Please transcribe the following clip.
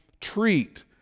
treat